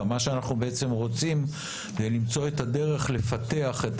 מה שאנחנו בעצם רוצים זה למצוא את הדרך לפתח את